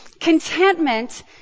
Contentment